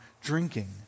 drinking